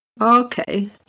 okay